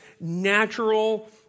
natural